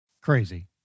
crazy